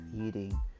eating